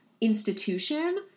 institution